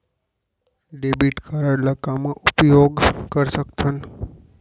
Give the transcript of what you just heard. Debit card ला कामा कामा उपयोग कर सकथन?